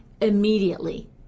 immediately